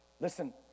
Listen